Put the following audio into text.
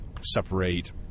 separate